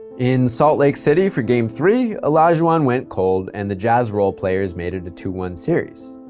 in salt lake city for game three, olajuwon went cold, and the jazz role players made it a two one series.